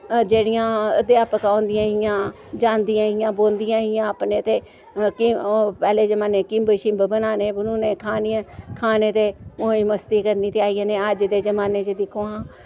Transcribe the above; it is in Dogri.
जेह्ड़ियां अध्यापकां होंदियां हियां जन्दियां हियां बौह्ंदियां हियां अपने ते के ओ पैह्ले जमाने किम्ब शिम्ब बनाने बनूने खानियां खाने ते मौज मस्ती करनी ते आई जाना अज्ज दे जमाने च दिक्खो हां